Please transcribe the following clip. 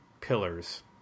pillars